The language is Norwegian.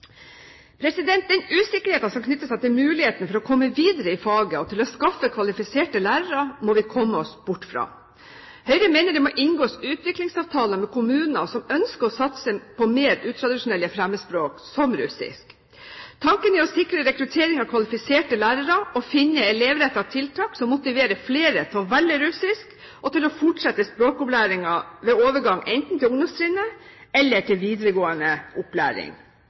Den usikkerheten som knytter seg til muligheten til å komme videre i faget og til å skaffe kvalifiserte lærere, må vi komme bort fra. Høyre mener det må inngås utviklingsavtaler med kommuner som ønsker å satse på mer utradisjonelle fremmedspråk, som russisk. Tanken er å sikre rekruttering av kvalifiserte lærere og å finne elevrettede tiltak som motiverer flere til å velge russisk og til å fortsette språkopplæringen ved overgang enten til ungdomstrinnet eller til videregående opplæring.